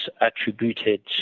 attributed